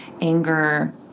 anger